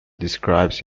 describes